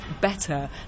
better